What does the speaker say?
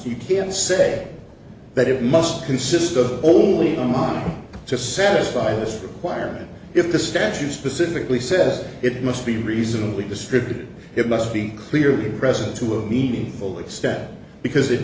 you can say that it must consist of only one line to satisfy this requirement if the statue specifically said it must be reasonably distributed it must be clearly present to a meaningful extent because it